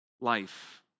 life